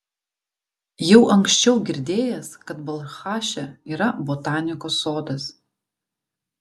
jau anksčiau girdėjęs kad balchaše yra botanikos sodas